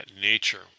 nature